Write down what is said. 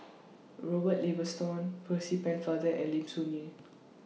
Robert Ibbetson Percy Pennefather and Lim Soo Ngee